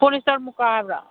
polyester ꯃꯨꯀꯥ ꯍꯥꯏꯕ꯭ꯔꯥ